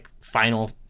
final